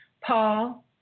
paul